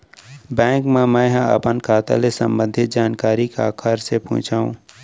Bank मा मैं ह अपन खाता ले संबंधित जानकारी काखर से पूछव?